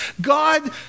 God